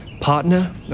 Partner